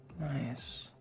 Nice